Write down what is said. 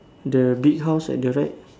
the big house at the right